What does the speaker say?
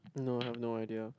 no no no idea